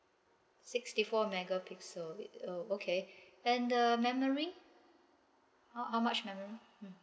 sixty four megapixel with oh okay and the memory how how much memory mm